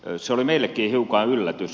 se oli meillekin hiukan yllätys